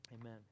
Amen